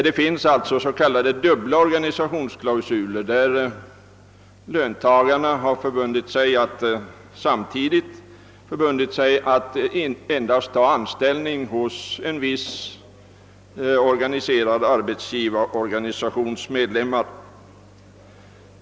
Det finns också s.k. dubbla organisationsklausuler enligt vilka löntagarna förbinder sig att ta anställning endast hos en viss arbetsgivarorganisations medlemmar.